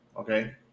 Okay